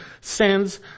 sends